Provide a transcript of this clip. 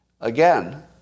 Again